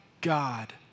God